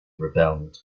rebelled